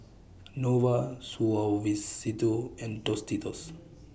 Nova Suavecito and Tostitos